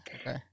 Okay